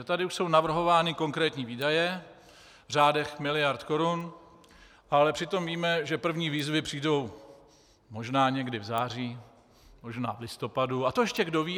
Tady už jsou navrhovány konkrétní výdaje v řádech miliard korun, ale přitom víme, že první výzvy přijdou možná někdy v září, možná v listopadu, a to ještě kdo ví.